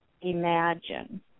imagine